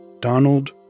Donald